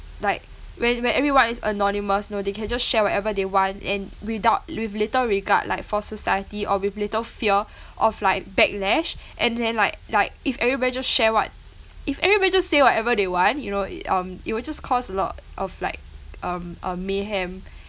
like when when everyone is anonymous you know they can just share whatever they want and without with little regard like for society or with little fear of like backlash and then like like if everybody just share what if everybody just say whatever they want you know it um it will just cause a lot of like um um mayhem